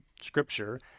scripture